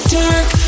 dark